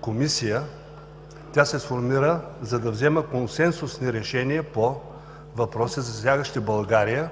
Комисия. Тя се сформира, за да взема консенсусни решения по въпроси, засягащи България,